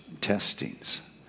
testings